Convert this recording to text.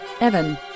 Evan